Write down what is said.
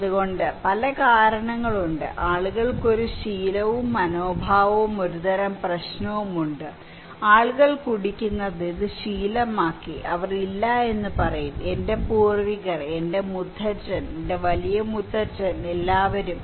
അതുകൊണ്ട് പല കാരണങ്ങളുണ്ട് ആളുകൾക്ക് ഒരു ശീലവും മനോഭാവവും ഒരുതരം പ്രശ്നമുണ്ട് ആളുകൾ കുടിക്കുന്നത് ഇത് ശീലമാക്കി അവർ ഇല്ല എന്ന് പറയും എന്റെ പൂർവ്വികർ എന്റെ മുത്തച്ഛൻ എന്റെ വലിയ മുത്തച്ഛൻ എല്ലാവരും